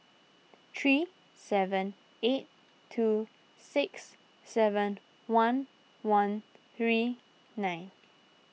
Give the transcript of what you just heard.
three seven eight two six seven one one three nine